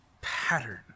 pattern